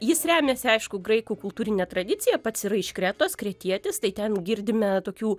jis remiasi aišku graikų kultūrine tradicija pats yra iš kretos kretietis tai ten girdime tokių